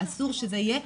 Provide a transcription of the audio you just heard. אסור שזה יהיה,